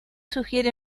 sugiere